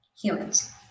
humans